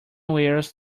wears